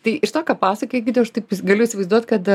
tai iš to ką pasakoji aš taip galiu įsivaizduot kad